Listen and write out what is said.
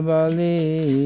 Bali